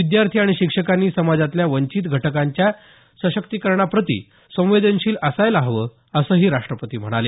विद्यार्थी आणि शिक्षकांनी समाजातल्या वंचित घटकांच्या सशक्तीकरणाप्रति संवेदनशील असायला हवं असंही राष्ट्रपती म्हणाले